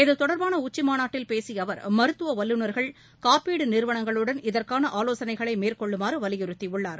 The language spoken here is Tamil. இது தொடர்பானஉச்சிமாநாட்டில் பேசியஅவர் மருத்துவவல்லுநர்கள் காப்பீடுநிறுவனங்களுடன் இதற்கான ஆ வோசனைகளை மேற்கொள்ளுமாறுவலியுறுத்தியுள்ளார்